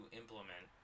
implement